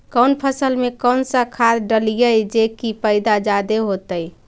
कौन फसल मे कौन सा खाध डलियय जे की पैदा जादे होतय?